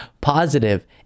positive